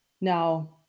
Now